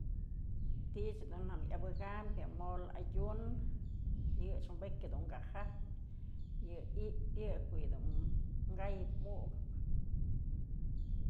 Ti'ich dun jawë abyëkam yë mole adyun, yëch mëbyë dun ka jajpyë yë i'ipyë yë ko'o yë dun kayëp mukëp.